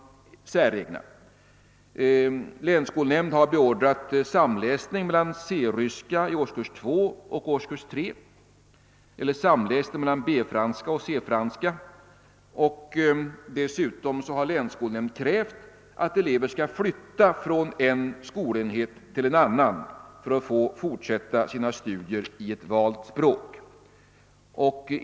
Det har exempelvis förekommit att länsskolnämnd har beordrat samläsning mellan C-ryska i årskurs 2 och årskurs 3 eller samläsning mellan B-franska och C-franska. I andra fall har länsskolnämnd krävt, att elever skall flytta från en skolenhet till en annan för att få fortsätta sina studier i ett valt språk.